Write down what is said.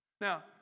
now